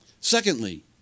Secondly